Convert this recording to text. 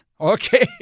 Okay